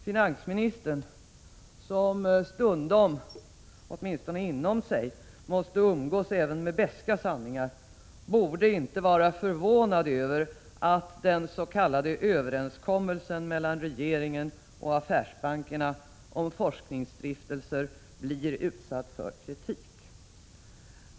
Finansministern som stundom, åtminstone inom sig, måste umgås även med beska sanningar borde inte vara förvånad över att den s.k. överenskommelsen mellan regeringen och affärsbankerna om forskningsstiftelser blir utsatt för kritik.